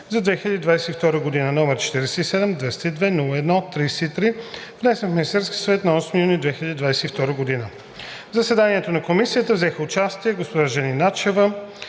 за 2022 г., № 47-202-01-33, внесен от Министерския съвет на 8 юни 2022 г. В заседанието на Комисията взеха участие госпожа Жени Начева